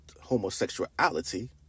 homosexuality